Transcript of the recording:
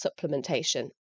supplementation